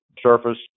surface